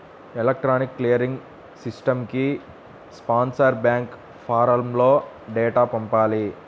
electronic clearing సిస్టమ్కి sponsor bank ఫారమ్లో డేటాను పంపాలి